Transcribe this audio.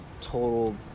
total